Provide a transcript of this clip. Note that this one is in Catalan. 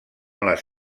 les